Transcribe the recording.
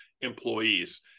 employees